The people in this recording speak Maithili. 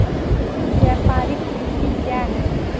व्यापारिक कृषि क्या हैं?